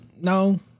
no